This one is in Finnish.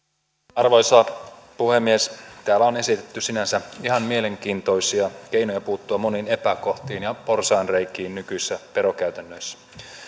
arvoisa puhemies täällä on esitetty sinänsä ihan mielenkiintoisia keinoja puuttua moniin epäkohtiin ja porsaanreikiin nykyisissä verokäytännöissä